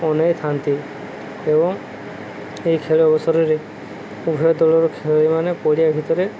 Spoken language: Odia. ଅନେଇ ଥାନ୍ତି ଏବଂ ଏହି ଖେଳ ଅବସରରେ ଉଭୟଦଳର ଖେଳାଳିମାନେ ପଡ଼ିିଆ ଭିତରେ